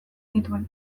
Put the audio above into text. nituen